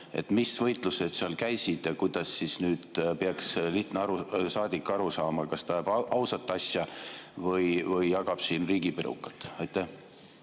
Mis võitlused seal käisid? Kuidas siis nüüd peaks lihtne saadik aru saama, kas ta ajab ausat asja või jagab siin riigipirukat? Aitäh!